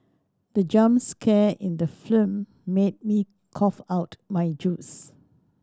the jump scare in the film made me cough out my juice